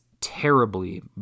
terribly